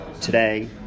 today